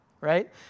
Right